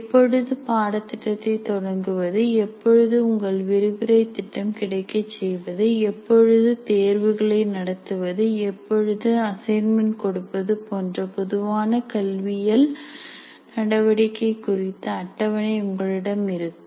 எப்பொழுது பாடத் திட்டத்தை தொடங்குவது எப்போது உங்கள் விரிவுரை திட்டம் கிடைக்கச் செய்வது எப்பொழுது தேர்வுகளை நடத்துவது எப்பொழுது அசைன்மென்ட் கொடுப்பது போன்ற பொதுவான கல்வியல் நடவடிக்கை குறித்த அட்டவணை உங்களிடம் இருக்கும்